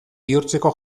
bihurtzeko